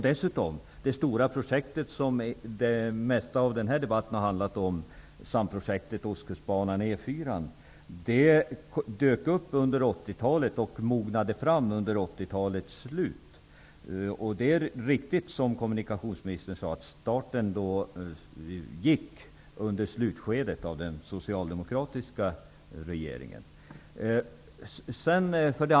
Det stora projekt den här debatten mest handlar om, samprojektet Ostkustbanan/E 4:an, dök upp under 80-talet och mognade fram under 80-talets slut. Det är riktigt som kommunikationsministern säger att starten gick i slutskedet av den socialdemokratiska regeringsperioden.